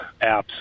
apps